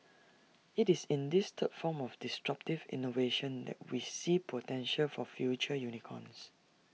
it's in this third form of disruptive innovation that we see potential for future unicorns